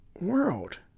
world